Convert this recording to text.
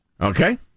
Okay